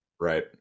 right